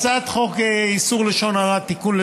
בהצעת חוק איסור לשון הרע (תיקון,